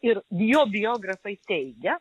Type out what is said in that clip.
ir jo biografai teigia